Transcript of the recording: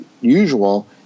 usual